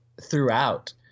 throughout